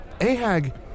Ahag